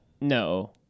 No